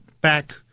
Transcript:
back